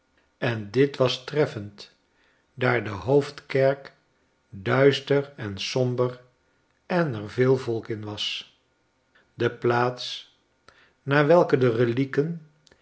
en dit was treffend daar de hoofdkerk duister en somber en er veel volk in was de plaats naar welke de relieken